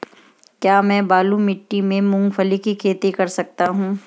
क्या मैं बालू मिट्टी में मूंगफली की खेती कर सकता हूँ?